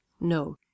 no